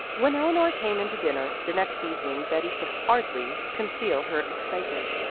when eleanor came in to dinner the next evening betty could hardly conceal her excitement.